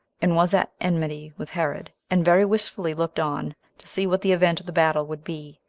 and was at enmity with herod, and very wistfully looked on to see what the event of the battle would be.